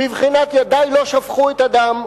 בבחינת "ידי לא שפכו את הדם"